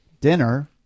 Dinner